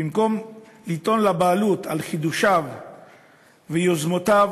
במקום לטעון לבעלות על חידושיו ויוזמותיו